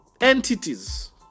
entities